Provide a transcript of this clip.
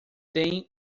tem